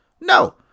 No